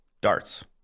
darts